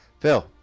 Phil